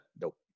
Nope